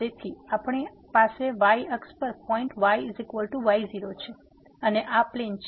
તેથી અહીં આપણી પાસે y અક્ષ પર પોઈન્ટ yy0 છે અને આ પ્લેન છે